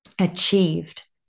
achieved